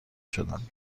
شدند